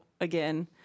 again